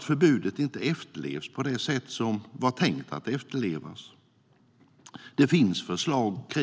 Förbudet efterlevs inte på det sätt som det var tänkt. Det finns förslag på